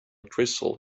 crystal